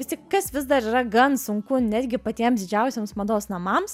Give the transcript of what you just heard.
vis tik kas vis dar yra gan sunku netgi patiems didžiausiems mados namams